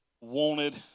wanted